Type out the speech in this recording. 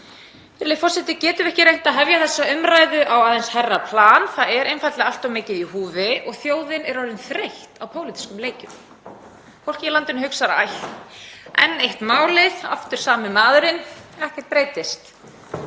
Það er einfaldlega allt of mikið í húfi og þjóðin er orðin þreytt á pólitískum leikjum. Fólkið í landinu hugsar: Æ, enn eitt málið, aftur sami maðurinn, ekkert breytist.